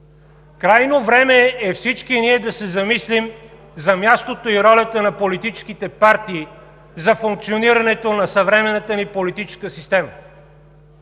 Крайно време е всички ние да се замислим за мястото и ролята на политическите партии, за функционирането на съвременната ни политическа система.